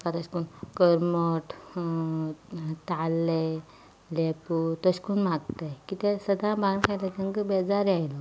मागीर तशें करून करमट ताल्लें लेपो तशें करून मागतात कित्याक सदां बांगडे खातात तांकां बेजार येना